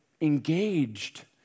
engaged